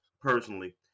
personally